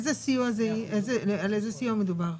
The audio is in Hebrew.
על איזה סיוע מדובר?